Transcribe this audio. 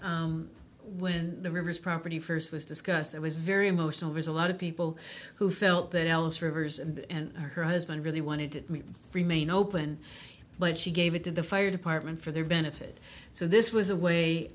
when the rivers property first was discussed it was very emotional there's a lot of people who felt that ellis rivers and her husband really wanted to remain open but she gave it to the fire department for their benefit so this was a way